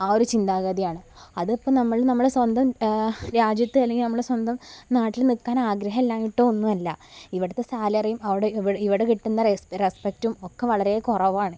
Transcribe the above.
ആ ഒരു ചിന്താഗതിയാണ് അതിപ്പോള് നമ്മൾ നമ്മുടെ സ്വന്തം രാജ്യത്ത് തന്നെ അല്ലെങ്കില് നമ്മുടെ സ്വന്തം നാട്ടിൽ നില്ക്കാൻ ആഗ്രഹമില്ലാഞ്ഞിട്ടോ ഒന്നുമല്ല ഇവിടുത്തെ സാലറിയും ഇവിടെ കിട്ടുന്ന റെസ്പെക്റ്റും ഒക്കെ വളരെ കുറവാണ്